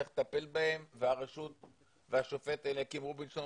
צריך לטפל בהן והרשות והשופט אליקים רובינשטיין,